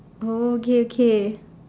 oh okay okay